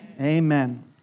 Amen